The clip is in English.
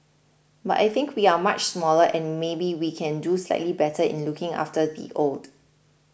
but I think we are much smaller and maybe we can do slightly better in looking after the old